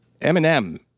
Eminem